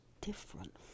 different